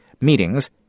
meetings